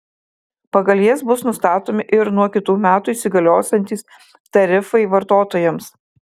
pagal jas bus nustatomi ir nuo kitų metų įsigaliosiantys tarifai vartotojams